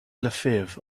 lafave